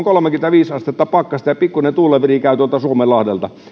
kolmekymmentäviisi astetta pakkasta ja pikkuinen tuulenvire käy tuolta suomenlahdelta